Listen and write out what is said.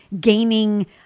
gaining